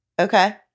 Okay